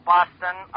Boston